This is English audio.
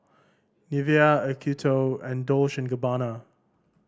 Nivea Acuto and Dolce and Gabbana